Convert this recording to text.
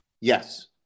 Yes